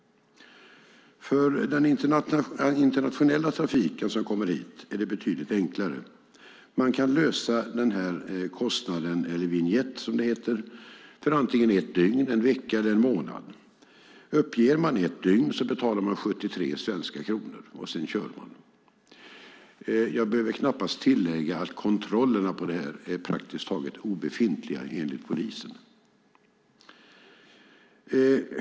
För den internationella trafiken som kommer hit är det betydligt enklare. Man kan lösa kostnaden - vinjett, som det heter - för antingen ett dygn, en vecka eller en månad: Uppger man ett dygn betalar man 73 svenska kronor, och sedan kör man. Jag behöver knappast tillägga att kontrollerna på detta är praktiskt taget obefintliga enligt polisen.